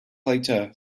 later